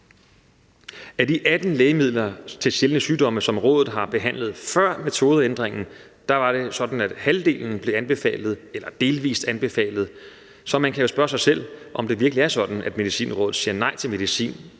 Af de 18 lægemidler til sjældne sygdomme, som rådet har behandlet før metodeændringen, var det sådan, at halvdelen blev anbefalet eller delvis anbefalet, så man kan jo spørge sig selv, om det virkelig er sådan, at Medicinrådet siger nej til medicin